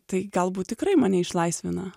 tai galbūt tikrai mane išlaisvina